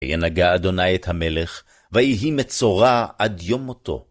ינגע אדוני את המלך, ויהי מצורע עד יום מותו.